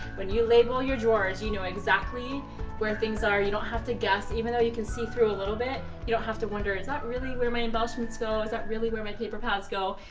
when you label your drawers you know exactly where things are you don't have to guess even though you can see through a little bit, you don't have to wonder is that really where my embellishments go, is that really where my paper pads go?